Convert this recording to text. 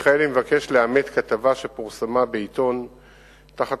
פורסם כי "חקירת